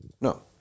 No